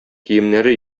киемнәре